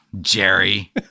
Jerry